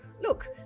Look